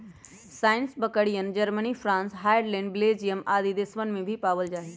सानेंइ बकरियन, Germany, France, Holland, Belgium आदि देशवन में भी पावल जाहई